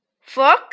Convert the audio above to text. Fork